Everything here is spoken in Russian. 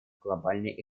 глобальной